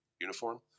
uniform